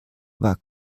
war